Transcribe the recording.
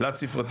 תלת-ספרתי.